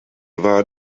war